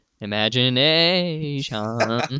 imagination